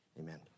Amen